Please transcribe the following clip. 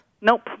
Nope